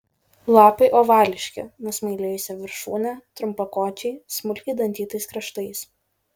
lapai ovališki nusmailėjusia viršūne trumpakočiai smulkiai dantytais kraštais